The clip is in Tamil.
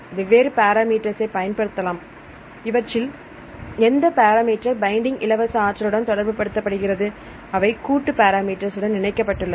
வெவ்வேறு பாராமீட்டர் பயன்படுத்தலாம் இவற்றில் எந்த பேரா மீட்டர் பைண்டிங் இலவச ஆற்றலுடன் தொடர்பு படுத்துகிறது அவை கூட்டு பேரா மீட்டர்ஸ் உடன் இணைக்கப்பட்டுள்ளது